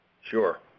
Sure